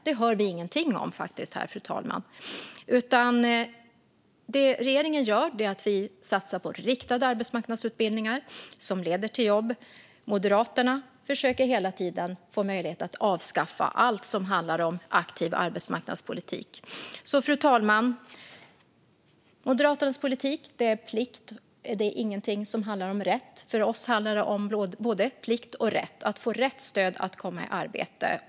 Det hör vi ingenting om här. Det regeringen gör är att vi satsar på riktade arbetsmarknadsutbildningar som leder till jobb. Moderaterna försöker hela tiden få möjlighet att avskaffa allt som handlar om aktiv arbetsmarknadspolitik. Fru talman! Moderaternas politik är plikt och ingenting som handlar om rätt. För oss handlar det om både plikt och rätt - att få rätt stöd att komma i arbete.